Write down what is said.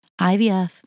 IVF